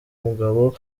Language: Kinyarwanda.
mugabo